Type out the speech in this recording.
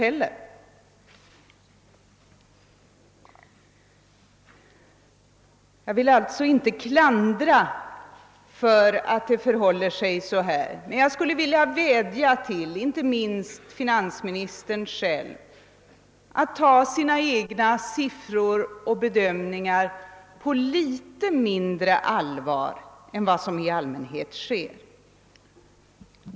Jag klandrar alltså inte finansdepartementet för att beräkningarna inte har hållit, men jag skulle vilja vädja, inte minst till finansministern själv, att ta sina siffror och bedömningar litet mindre på allvar än vad han i allmänhet gör.